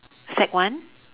sec one